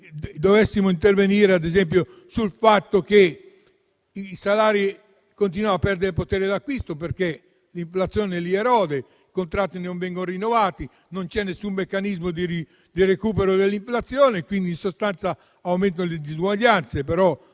noi intervenissimo, ad esempio, rispetto al fatto che i salari continuano a perdere potere d'acquisto perché l'inflazione li erode, i contratti non vengono rinnovati, non c'è nessun meccanismo di recupero dell'inflazione e quindi, in sostanza, aumentano le disuguaglianze. Discutiamo,